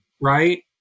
right